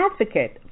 advocate